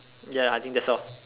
ya I think that's all